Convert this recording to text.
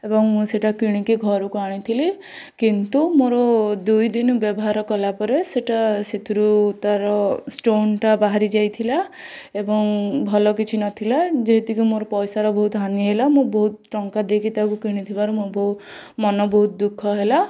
ଏବଂ ମୁଁ ସେଟା କିଣିକି ଘରକୁ ଆଣିଥିଲି କିନ୍ତୁ ମୋର ଦୁଇଦିନ ବ୍ୟବହାର କଲାପରେ ସେଟା ସେଥିରୁ ତା'ର ଷ୍ଟୋନ୍ଟା ବାହରିଯାଇଥିଲା ଏବଂ ଭଲ କିଛି ନଥିଲା ଯେତିକି ମୋର ପଇସାର ବହୁତ ହାନି ହେଲା ମୁଁ ବହୁତ ଟଙ୍କା ଦେଇକି ତାକୁ କିଣିଥିବାରୁ ମୋ ବଉ ମନ ବହୁତ ଦୁଃଖହେଲା